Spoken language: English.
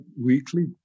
weekly